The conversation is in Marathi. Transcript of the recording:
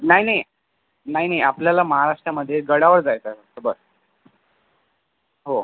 नाही नाही नाही नाही आपल्याला महाराष्ट्रामध्ये गडावर जायचं आहे फक्त बस्स हो